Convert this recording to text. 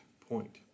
point